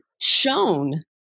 shown